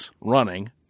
running